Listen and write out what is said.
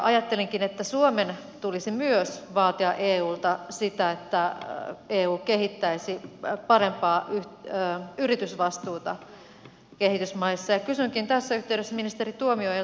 ajattelenkin että suomen tulisi myös vaatia eulta sitä että eu kehittäisi parempaa yritysvastuuta kehitysmaissa ja kysynkin tässä yhteydessä ministeri tuomiojalta